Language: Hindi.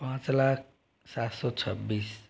पाँच लाख सात सौ छब्बीस